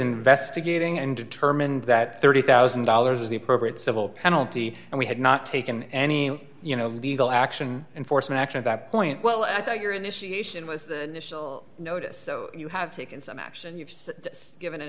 investigating and determined that thirty thousand dollars was the appropriate civil penalty and we had not taken any you know legal action enforcement action that point well i thought your initiation was the initial notice so you have taken some action you've given an